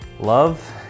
love